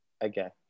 again